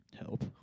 help